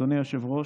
אדוני היושב-ראש,